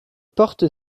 porte